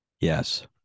Yes